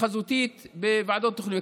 חזותית בוועדות תכנוניות?